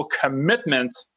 commitment